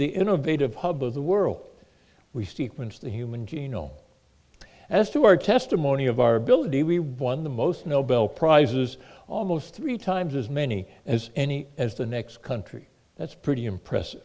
the innovative hub of the world we sequenced the human genome as to our testimony of our ability we won the most nobel prizes almost three times as many as any as the next country that's pretty impressive